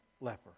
leper